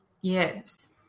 Yes